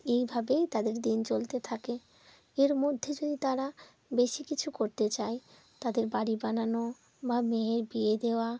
এইভাবেই তাদের দিন চলতে থাকে এর মধ্যে যদি তারা বেশি কিছু করতে চায় তাদের বাড়ি বানানো বা মেয়ের বিয়ে দেওয়া